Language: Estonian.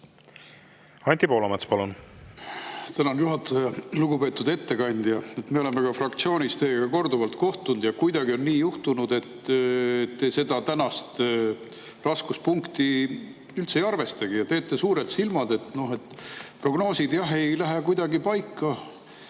Anti Poolamets, palun! Tänan, juhataja! Lugupeetud ettekandja! Me oleme fraktsioonis teiega korduvalt kohtunud ja kuidagi on nii juhtunud, et te seda tänast raskuspunkti üldse ei arvestagi ja teete suured silmad, et prognoosid, jah, ei lähe kuidagi paika,